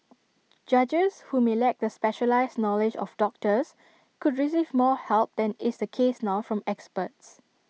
judges who may lack the specialised knowledge of doctors could receive more help than is the case now from experts